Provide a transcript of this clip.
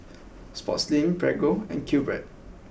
Sportslink Prego and Q Bread